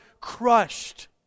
crushed